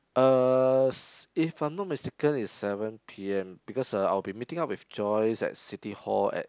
uh if I'm not mistaken it's seven p_m because uh I'll be meeting up with Joyce at City-Hall at